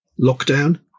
lockdown